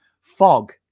Fog